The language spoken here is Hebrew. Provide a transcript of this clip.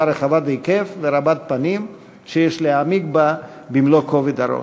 רחבת-היקף ורבת-פנים שיש להעמיק בה במלוא כובד הראש.